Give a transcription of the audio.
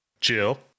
jill